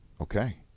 okay